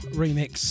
remix